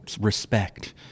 respect